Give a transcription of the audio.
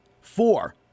Four